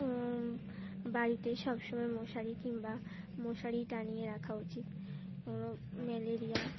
বাড়িতে সব সময় মশারি কিংবা মশারি টানিয়ে রাখা উচিত কোন ম্যালেরিয়া